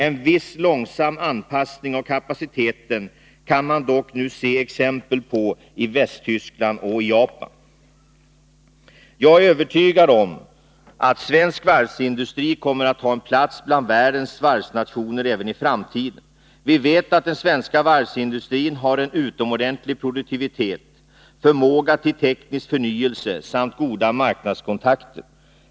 En viss långsam anpassning av kapaciteten kan man emellertid nu se exempel på i Västtyskland och i Japan. Jag är övertygad om att svensk varvsindustri kommer att få en plats bland världens varvsnationer även i framtiden. Vi vet att den svenska varvsindustrin har en utomordentlig produktivitet, förmåga till teknisk förnyelse samt goda marknadskontakter.